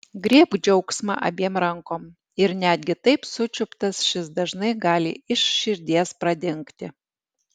griebk džiaugsmą abiem rankom ir netgi taip sučiuptas šis dažnai gali iš širdies pradingti